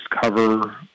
cover